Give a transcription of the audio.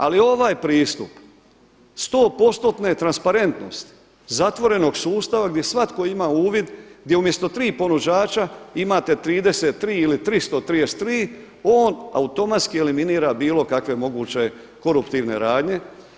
Ali ovaj pristup 100%-ne transparentnosti zatvorenog sustava gdje svatko ima uvid gdje umjesto tri ponuđača imate 33 ili 333 on automatski eliminira bilo kakve moguće koruptivne radnje.